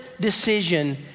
decision